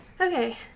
Okay